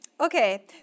Okay